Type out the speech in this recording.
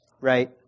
right